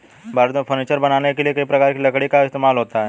भारत में फर्नीचर बनाने के लिए कई प्रकार की लकड़ी का इस्तेमाल होता है